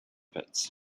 pits